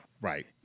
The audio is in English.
Right